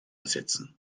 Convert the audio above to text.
ersetzen